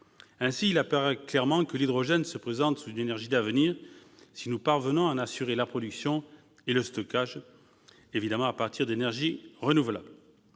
Ainsi, il apparaît clairement que l'hydrogène se présente comme une énergie d'avenir si nous parvenons à en assurer la production et le stockage, évidemment à partir d'énergies renouvelables.